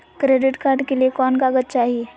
Credit card के लिए कौन कागज चाही?